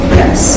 yes